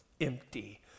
empty